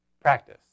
practice